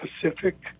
Pacific